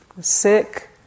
sick